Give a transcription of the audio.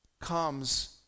comes